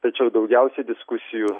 tačiau daugiausiai diskusijų